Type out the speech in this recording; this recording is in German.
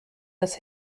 das